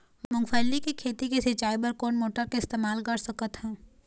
मूंगफली के खेती के सिचाई बर कोन मोटर के इस्तेमाल कर सकत ह?